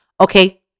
okay